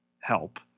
help